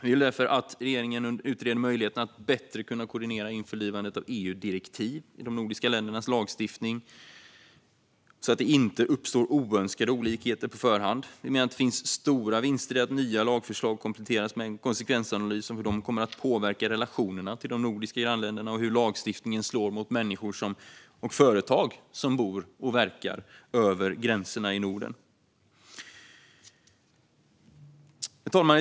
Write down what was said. Vi vill därför att regeringen utreder möjligheten att bättre koordinera införlivandet av EU-direktiv i de nordiska ländernas lagstiftning, så att det inte uppstår oönskade olikheter på förhand. Vi menar att det finns stora vinster i att nya lagförslag kompletteras med en konsekvensanalys av hur de påverkar relationerna till de nordiska grannländerna och hur de slår mot människor och företag som bor i respektive verkar över gränserna i Norden. Herr talman!